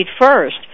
first